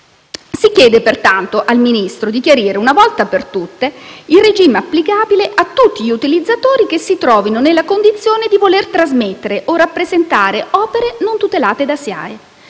Si chiede pertanto al Ministero di chiarire, una volta per tutte, il regime applicabile a tutti gli utilizzatori che si trovino nella condizione di voler trasmettere o rappresentare opere non tutelate dalla SIAE.